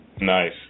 Nice